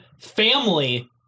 family